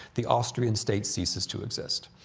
the austrian state ceases to exist,